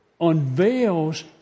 unveils